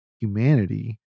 humanity